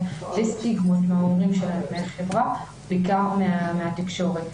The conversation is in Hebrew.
וסטיגמות מההורים שלהם ומהחברה ובעיקר מהתקשורת.